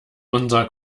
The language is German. unser